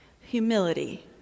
Humility